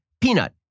peanut